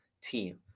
team